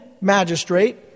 magistrate